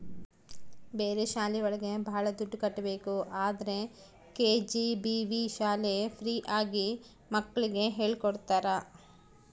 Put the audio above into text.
ಬೇರೆ ಶಾಲೆ ಒಳಗ ಭಾಳ ದುಡ್ಡು ಕಟ್ಬೇಕು ಆದ್ರೆ ಕೆ.ಜಿ.ಬಿ.ವಿ ಶಾಲೆ ಫ್ರೀ ಆಗಿ ಮಕ್ಳಿಗೆ ಹೇಳ್ಕೊಡ್ತರ